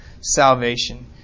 salvation